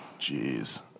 Jeez